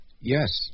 Yes